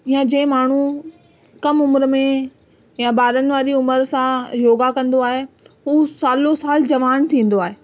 या जे माण्हू कम उमिरि में या ॿारनि वारी उमिरि सां योगा कंदो आहे हू सालो साल जवान थींदो आहे